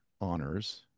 Honors